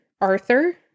Arthur